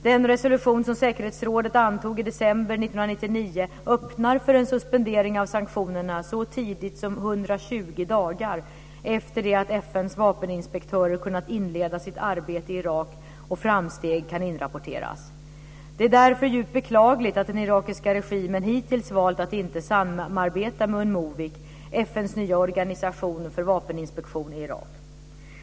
Den resolution som säkerhetsrådet antog i december 1999 öppnar för en suspendering av sanktionerna så tidigt som 120 dagar efter det att FN:s vapeninspektörer kunnat inleda sitt arbete i Irak och framsteg kan inrapporteras. Det är därför djupt beklagligt att den irakiska regimen hittills valt att inte samarbeta med Unmovic, FN:s nya organisation för vapeninspektion i Irak.